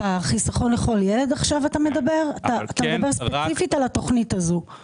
אתה מדבר ספציפית על התכנית של חיסכון לכל ילד?